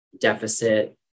deficit